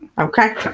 Okay